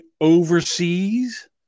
overseas